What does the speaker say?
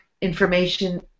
information